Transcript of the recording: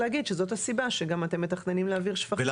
לא,